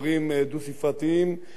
כפי שהיה בעבר,